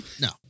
No